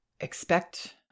expect